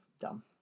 Dumb